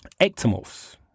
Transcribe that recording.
ectomorphs